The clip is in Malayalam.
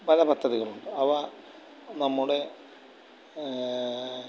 പല പദ്ധതികളും അവ നമ്മുടെ